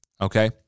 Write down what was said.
okay